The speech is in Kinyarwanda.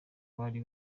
bari